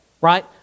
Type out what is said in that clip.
right